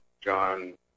John